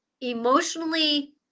emotionally